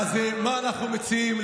מה אנחנו מציעים?